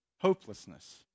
hopelessness